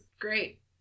Great